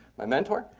my mentor.